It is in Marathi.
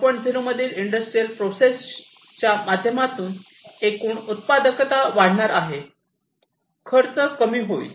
0 मधील इंडस्ट्रियल प्रोसेस च्या माध्यमातून एकूण उत्पादकता वाढणार आहे खर्च कमी होईल